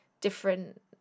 different